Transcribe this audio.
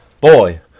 Boy